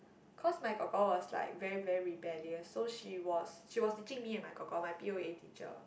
because my kor kor was like very very rebellious so she was she was teaching me and my kor kor my P_O_A teacher